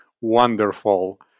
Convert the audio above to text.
Wonderful